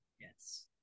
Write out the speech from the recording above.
yes